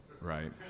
right